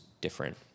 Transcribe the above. different